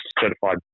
certified